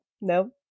Nope